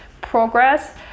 progress